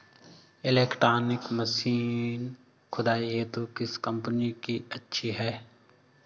Electronic machine खुदाई हेतु किस कंपनी की अच्छी है?